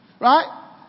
right